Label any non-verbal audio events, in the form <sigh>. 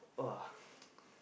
!wah! <breath>